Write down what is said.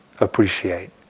appreciate